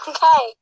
Okay